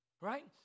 Right